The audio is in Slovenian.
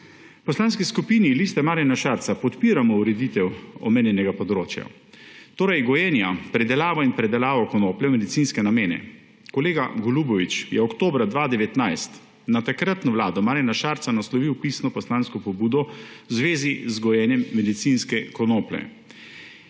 Poslanski skupini Liste Marjana Šarca podpiramo ureditev omenjenega področja, torej gojenja, pridelavo in predelavo konoplje v medicinske namene. Kolega Golubović je oktobra 2019 na takratno vlado Marjana Šarca naslovil pisno poslansko pobudo v zvezi z gojenjem medicinske konoplje.